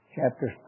Chapter